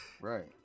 Right